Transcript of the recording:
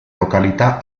località